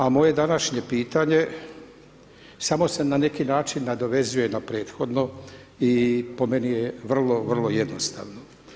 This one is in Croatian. A moje današnje pitanje, samo se na neki način nadovezuje na prethodno i po meni je vrlo vrlo jednostavno.